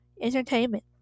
Entertainment